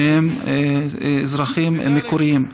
שהם אזרחים מקוריים.